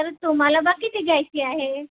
तर तुम्हाला बुवा किती घ्यायची आहे